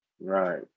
Right